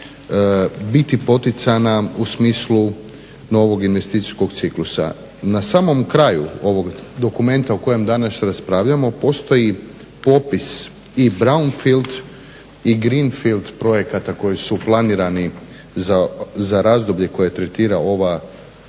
biti poticana u smislu novog investicijskog ciklusa. Na samom kraju ovog dokumenta o kojem danas raspravljamo postoji popis i brownfield i greenfield projekata koji su planirani za razdoblje koje tretira ova strategija.